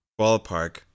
ballpark